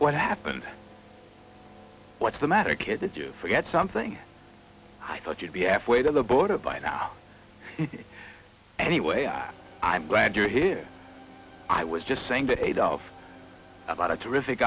what happened what's the matter kid that you forget something i thought you'd be half way to the border by now anyway i'm glad you're here i was just saying to adolf about a terrific